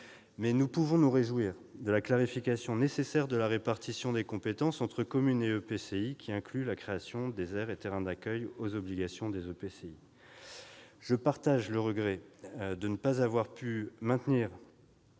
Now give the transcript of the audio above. nous pouvons nous réjouir de la clarification, nécessaire, de la répartition des compétences entre communes et EPCI, qui inclut la création des aires et terrains d'accueil dans les obligations des EPCI. Je partage le regret de ne pas avoir pu maintenir